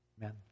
Amen